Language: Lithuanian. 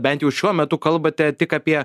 bent jau šiuo metu kalbate tik apie